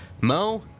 Mo